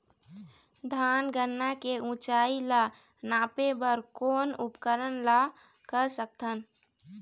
धान गन्ना के ऊंचाई ला नापे बर कोन उपकरण ला कर सकथन?